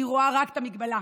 היא רואה רק את המגבלה.